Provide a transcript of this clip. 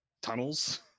tunnels